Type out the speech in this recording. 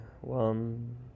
one